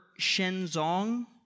Shenzong